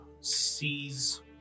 sees